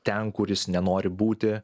ten kur jis nenori būti